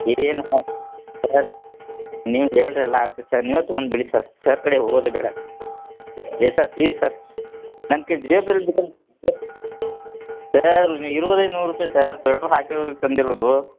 ಏನು sir sir ನೀವು ಹೇಳ್ರೆ ಎಲ್ಲ ಆಗ್ತೈತಿ ಸರ್ ನೀವು ತೊಗೊಂಡು ಬಿಡಿ ಸರ್ ಸರ್ ಕಡೆ ಹೋಗೋದೆ ಬೇಡ ಎ ಸರ್ ಪ್ಲೀಸ್ ಸರ್ ನನ್ನ ಕೈ ಜೇಬ್ದಲ್ಲಿ ಸರ್ ಸರ್ ಇರೋದೆ ನೂರು ರೂಪಾಯಿ ಸರ್ ಪೆಟ್ರೋಲ್ ಹಾಕಿರೋದಕ್ಕೆ ತಂದಿರೋದು